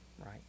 right